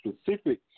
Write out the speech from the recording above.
specific